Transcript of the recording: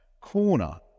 corner